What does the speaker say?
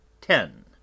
ten